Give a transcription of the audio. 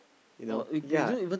you know yea